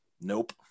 Nope